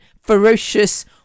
ferocious